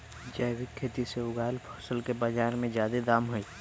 जैविक खेती से उगायल फसल के बाजार में जादे दाम हई